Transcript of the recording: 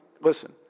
listen